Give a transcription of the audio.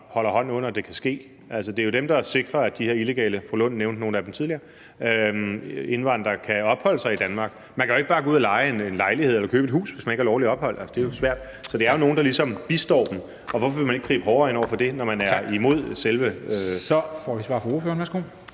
holder hånden under, at det kan ske? Altså, det er jo dem, der sikrer, at de her illegale indvandrere – fru Rosa Lund nævnte nogle af dem tidligere – kan opholde sig i Danmark. Man kan jo ikke bare gå ud og leje en lejlighed eller købe et hus, hvis man ikke har lovligt ophold – altså, det er jo svært. Så der er jo nogle, der ligesom bistår dem, og hvorfor vil man ikke gribe hårdere ind over for det, når man er (Formanden: Tak!) imod selve ...